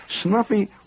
Snuffy